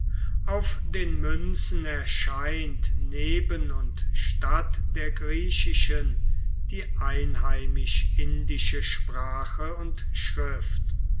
auf den münzen erscheint neben und statt der griechischen die einheimisch indische sprache und schrift